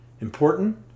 Important